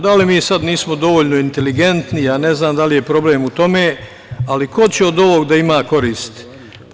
Da li mi sad nismo dovoljno inteligentni, ne znam da li je problem u tome, ali ko će od ovoga da ima koristi?